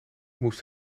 moest